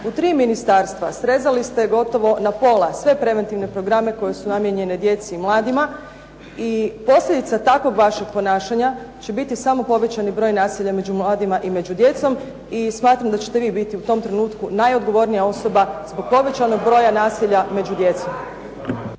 U tri ministarstva srezali ste gotovo na pola sve preventivne programe koji su namijenjeni djeci i mladima, i posljedica takvog vašeg ponašanja će biti samo povećani broj nasilja među mladima i među djecom i smatram da ćete vi biti u tom trenutku najodgovornija osoba zbog povećanog broja nasilja među djecom.